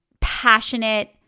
passionate